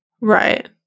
Right